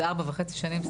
זה ארבע וחצי שנים.